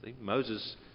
Moses